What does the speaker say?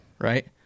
right